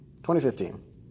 2015